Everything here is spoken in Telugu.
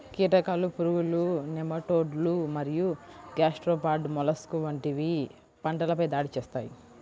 కీటకాలు, పురుగులు, నెమటోడ్లు మరియు గ్యాస్ట్రోపాడ్ మొలస్క్లు వంటివి పంటలపై దాడి చేస్తాయి